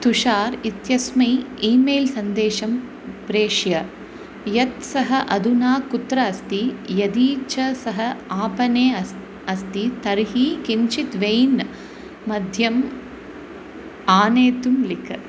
तुशार् इत्यस्मै ईमेल् सन्देशं प्रेषय यत् सः अधुना कुत्र अस्ति यदि च सः आपणे अस्ति अस्ति तर्हि किञ्चित् वेय्न् मध्यम् आनेतुं लिख